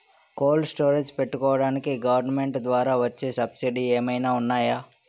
Cold storage పెట్టుకోడానికి government ద్వారా వచ్చే సబ్సిడీ ఏమైనా ఉన్నాయా?